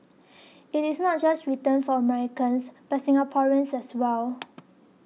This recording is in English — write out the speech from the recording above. it is not just written for Americans but Singaporeans as well